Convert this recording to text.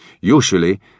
Usually